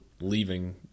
leaving